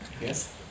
yes